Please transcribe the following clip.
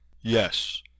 Yes